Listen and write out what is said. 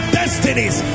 destinies